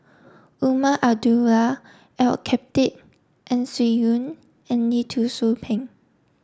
Umar Abdullah Al Khatib Ang Swee Aun and Lee Tzu Pheng